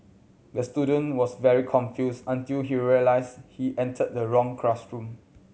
the student was very confused until he realised he entered the wrong classroom